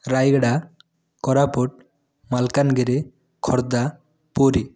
Rayagada Koraput Malkangiri Khordha Puri